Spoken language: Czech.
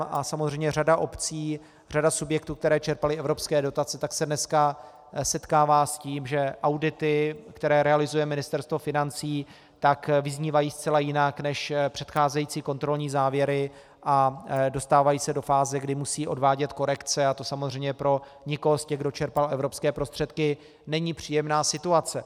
A samozřejmě řada obcí, řada subjektů, které čerpaly evropské dotace, se dneska setkává s tím, že audity, které realizuje Ministerstvo financí, vyznívají zcela jinak než předcházející kontrolní závěry, a dostávají se do fáze, kdy musí odvádět korekce, a to samozřejmě pro nikoho z těch, kdo čerpal evropské prostředky, není příjemná situace.